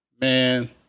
man